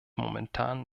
momentan